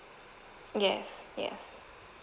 yes yes